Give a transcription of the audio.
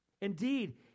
Indeed